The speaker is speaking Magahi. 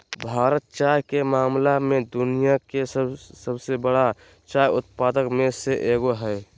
भारत चाय के मामला में दुनिया के सबसे बरा चाय उत्पादक में से एगो हइ